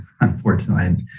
unfortunately